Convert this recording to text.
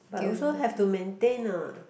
but also have to maintain uh